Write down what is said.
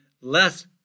less